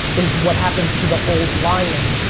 is what happens to the old lion,